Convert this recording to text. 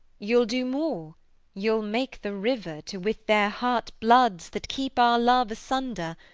you'll do more you'll make the river to with their heart bloods that keep our love asunder,